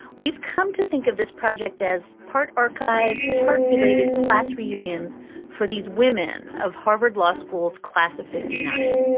we've come to think of this project as part archive, part belated class reunion for these women of harvard law school's class of fifty nine.